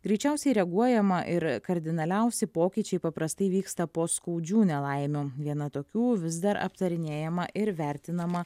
greičiausiai reaguojama ir kardinaliausi pokyčiai paprastai vyksta po skaudžių nelaimių viena tokių vis dar aptarinėjama ir vertinama